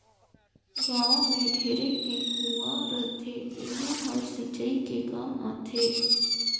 गाँव में ढेरे के कुँआ रहथे तेहूं हर सिंचई के काम आथे